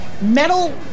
metal